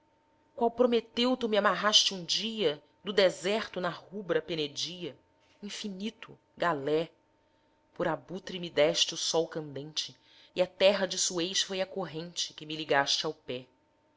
qual prometeu tu me amarraste um dia do deserto na rubra penedia infinito galé por abutre me deste o sol candente e a terra de suez foi a corrente que me ligaste ao pé